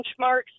benchmarks